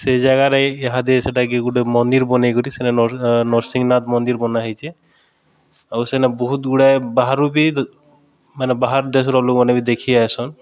ସେ ଜାଗାରେ ଏହାଦେ ସେଟାକେ ଗୁଟେ ମନ୍ଦିର୍ ବନେଇକରି ସେନେ ନର୍ସିଂହନାଥ୍ ମନ୍ଦିର ବନାହେଇଚେ ଆଉ ସେନେ ବହୁତ୍ ଗୁଡ଼ାଏ ବାହାରୁ ବି ମାନେ ବାହାର୍ ଦେଶ୍ର ଲୋକ୍ମାନେ ବି ଦେଖିଆଏସନ୍